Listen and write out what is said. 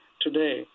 today